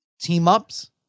team-ups